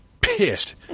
pissed